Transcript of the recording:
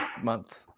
month